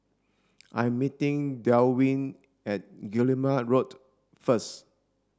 I'm meeting Delwin at Guillemard Road first